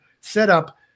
setup